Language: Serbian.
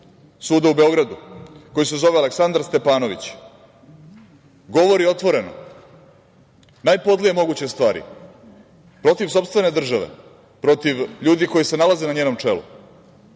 suda u Beogradu, koji se zove Aleksandar Stepanović, govori otvoreno najpodlije moguće stvari protiv sopstvene države, protiv ljudi koji se nalaze na njenom čelu,